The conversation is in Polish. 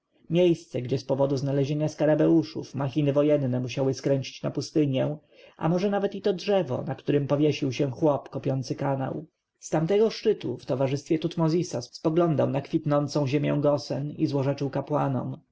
miejsce gdzie z powodu znalezienia skarabeuszów machiny wojenne musiały skręcić na pustynię a może nawet i to drzewo na którem powiesił się chłop kopiący kanał z tamtego szczytu w towarzystwie tutmozisa spoglądał na kwitnącą ziemię gosen i złorzeczył kapłanom